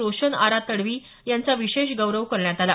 रोशन आरा तडवी यांचा विशेष गौरव करण्यात आला